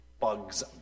bugs